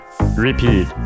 repeat